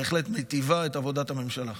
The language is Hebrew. בהחלט מיטיבה את עבודת הממשלה.